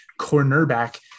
cornerback